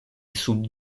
sub